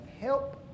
Help